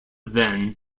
then